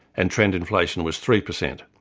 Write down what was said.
and trend inflation was three percent,